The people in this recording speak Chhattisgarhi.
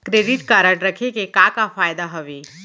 क्रेडिट कारड रखे के का का फायदा हवे?